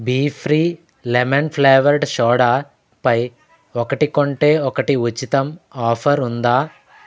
be ఫ్రీ lemon flavoured soda పై ఒకటి కొంటే ఒకటి ఉచితం ఆఫర్ ఉందా